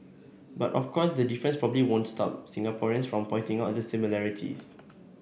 but of course the difference probably won't stop Singaporeans from pointing out the similarities